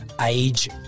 Age